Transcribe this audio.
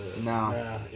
no